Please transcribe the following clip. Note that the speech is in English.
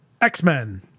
X-Men